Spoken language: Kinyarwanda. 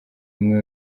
umwe